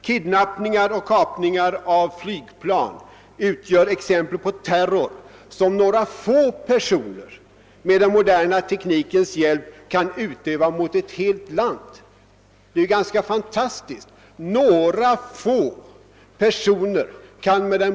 Kidnappingar och flygplanskapningar utgör exempel på terror som några få personer med den moderna teknikens hjälp kan utöva mot ett helt land.